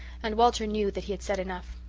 and walter knew that he had said enough.